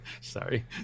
sorry